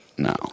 No